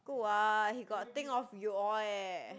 good what he got think of you all eh